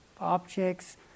objects